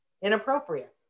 Inappropriate